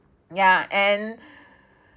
yeah and